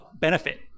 benefit